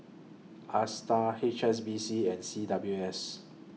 ASTAR H S B C and C W S